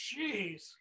Jeez